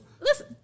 Listen